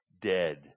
dead